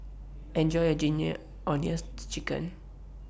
Enjoy your Ginger Onions Chicken